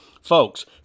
Folks